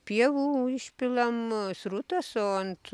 pievų išpilam srutas o ant